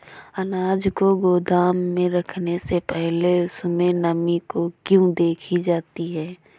अनाज को गोदाम में रखने से पहले उसमें नमी को क्यो देखी जाती है?